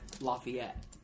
Lafayette